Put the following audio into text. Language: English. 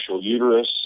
uterus